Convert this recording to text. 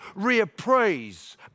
reappraise